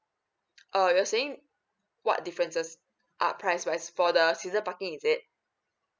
uh you are saying what differences are price wise for the season parking is it